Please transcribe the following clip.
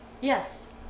Yes